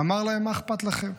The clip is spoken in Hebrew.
אמר להם: מה אכפת לכם?